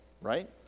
right